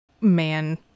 man